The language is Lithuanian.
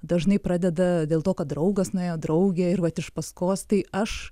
dažnai pradeda dėl to kad draugas nuėjo draugė ir vat iš paskos tai aš